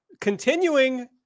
continuing